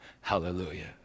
hallelujah